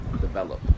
develop